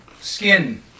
skin